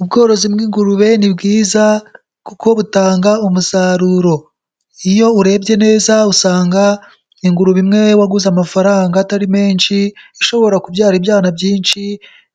Ubworozi bw’ingurube ni bwiza kuko butanga umusaruro. Iyo urebye neza, usanga ingurube imwe, waguze amafaranga atari menshi, ishobora kubyara ibyana byinshi.